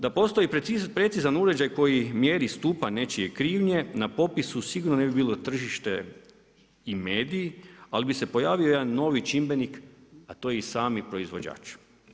Da postoji precizan uređaj koji mjeri stupanj nečije krivnje na popisu sigurno ne bi tržište i mediji, ali bi se pojavio jedan novi čimbenik a to je i sami proizvođač.